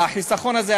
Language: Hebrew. והחיסכון הזה,